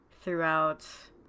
throughout